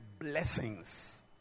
blessings